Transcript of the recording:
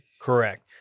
Correct